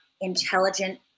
intelligent